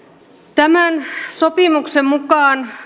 tämän sopimuksen mukaan